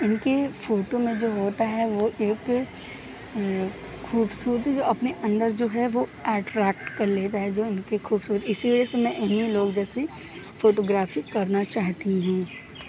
ان کی فوٹو میں جو ہوتا ہے وہ ایک خوبصورتی جو اپنے اندر جو ہے وہ ایٹریکٹ کر لیتا ہے جو ان کی خوبصورتی اسی وجہ سے میں انہیں لوگ جیسی فوٹوگرافی کرنا چاہتی ہوں